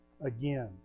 again